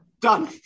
done